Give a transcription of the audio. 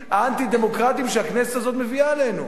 האנטי-דמוקרטיים שהכנסת הזאת מביאה עלינו?